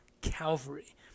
Calvary